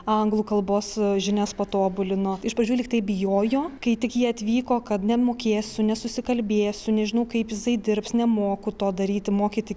anglų kalbos žinias patobulino iš pradžių lygtai bijojo kai tik jie atvyko kad nemokėsiu nesusikalbėsiu nežinau kaip jisai dirbs nemoku to daryti moki tik